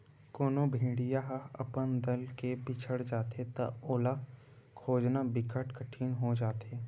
कोनो भेड़िया ह अपन दल ले बिछड़ जाथे त ओला खोजना बिकट कठिन हो जाथे